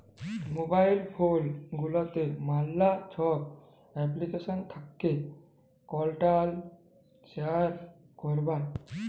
mobile phone গুলাতে ম্যালা ছব এপ্লিকেশল থ্যাকে কল্টাক্ট শেয়ার ক্যরার